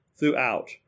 Throughout